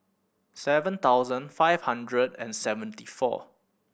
seven thousand five hundred and seventy four